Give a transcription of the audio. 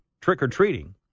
trick-or-treating